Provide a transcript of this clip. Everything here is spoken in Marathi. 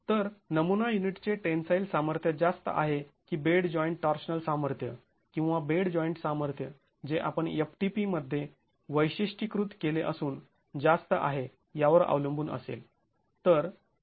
तर नमुना युनिटचे टेन्साईल सामर्थ्य जास्त आहे की बेड जॉईंट टॉर्शनल सामर्थ्य किंवा बेड जॉईंट सामर्थ्य जे आपण ftp मध्ये वैशिष्ट्यीकृत केले असून जास्त आहे यावर अवलंबून असेल